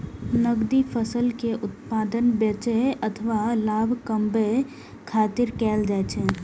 नकदी फसल के उत्पादन बेचै अथवा लाभ कमबै खातिर कैल जाइ छै